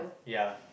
ya